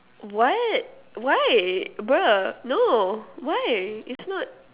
what why bruh no why it's not